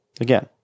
again